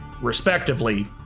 respectively